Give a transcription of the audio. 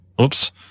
Oops